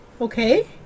Okay